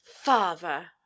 father